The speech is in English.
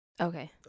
Okay